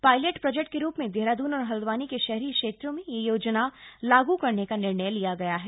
pilot project के रूप में देहरादून और हल्द्वानी के शहरी क्षेत्रों में यह योजना लागू करने का निर्णय लिया गया है